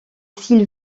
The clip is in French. s’il